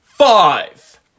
Five